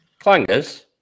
Clangers